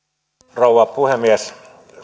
rouva puhemies